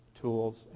tools